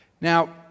Now